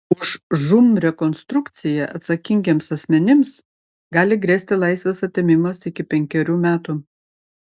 už žūm rekonstrukciją atsakingiems asmenims gali grėsti laisvės atėmimas iki penkerių metų